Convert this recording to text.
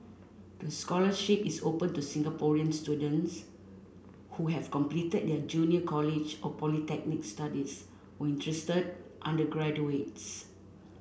the scholarship is open to Singaporean students who have completed their junior college or polytechnic studies or interested undergraduates